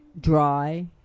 Dry